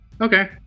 Okay